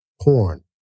porn